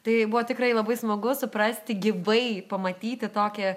tai buvo tikrai labai smagu suprasti gyvai pamatyti tokį